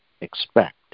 expect